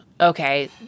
okay